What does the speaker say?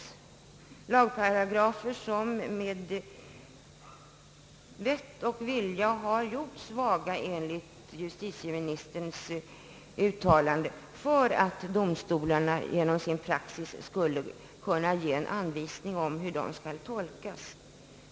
Det är lagparagrafer som med vett och vilja har gjorts vaga, enligt justitieministern för att domstolarna genom sin praxis skulle kunna ge anvisning om hur de skall tolkas.